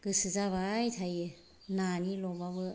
गोसो जाबाय थायो नानि ल'बाबो